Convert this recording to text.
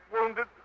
wounded